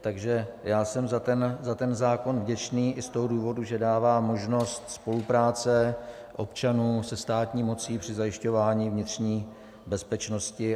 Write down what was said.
Takže já jsem za ten zákon vděčný i z toho důvodu, že dává možnost spolupráce občanů se státní mocí při zajišťování vnitřní bezpečnosti.